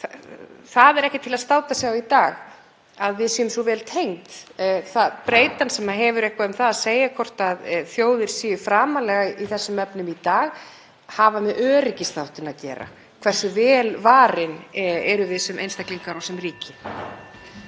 Það er ekkert til að státa sig af í dag, að við séum svo vel tengd. Breytan sem hefur eitthvað um það að segja hvort þjóðir standi framarlega í þessum efnum í dag hefur með öryggisþáttinn að gera, hversu vel varin við erum sem einstaklingar og sem ríki.